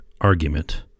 argument